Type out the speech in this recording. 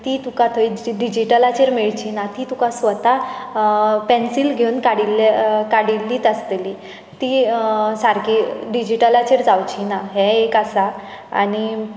ती तुका थंय डिजीटलाचेर मेळचिना ती तुका स्वता पेन्सिल घेवन काडिल्ले काडिल्लीत आसतली ती सारकी डिजीटलाचेर जावचिना हे एक आसा आनी